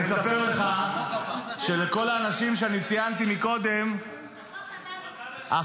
אז אני אספר לך שלכל האנשים שאני ציינתי מקודם ------ הצד השני.